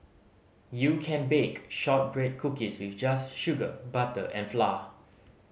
you can bake shortbread cookies with just sugar butter and flour